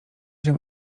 się